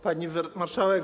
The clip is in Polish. Pani Marszałek!